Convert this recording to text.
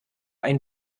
ein